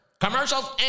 commercials